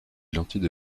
lentilles